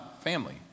family